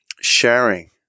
sharing